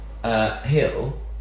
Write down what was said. Hill